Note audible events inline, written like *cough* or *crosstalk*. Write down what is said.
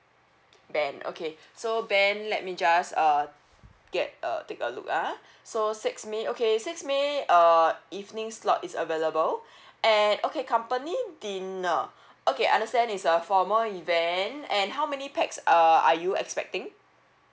ben okay so ben let me just uh get uh take a look ah *breath* so six may okay six may err evening slot is available at okay company dinner okay I understand it's a formal event and how many pax err are you expecting